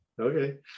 Okay